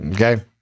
Okay